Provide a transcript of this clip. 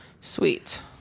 sweet